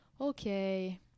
okay